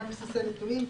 אחזקת בסיסי נתונים,